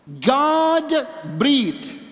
God-breathed